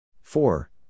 four